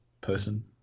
person